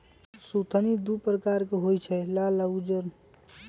सुथनि दू परकार के होई छै लाल आ उज्जर